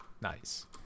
Nice